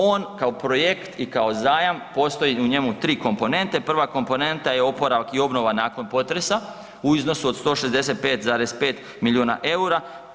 On kao projekt i kao zajam postoji u njemu tri komponenta, prva komponenta je oporavak i obnova nakon potresa u iznosu od 165,5 milijuna eura.